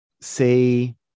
say